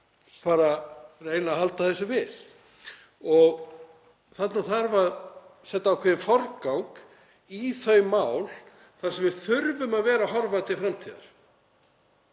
fara að reyna að halda þessu við. Þarna þarf að setja ákveðinn forgang í þau mál þar sem við þurfum að vera að horfa til framtíðar.